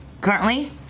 currently